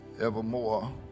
evermore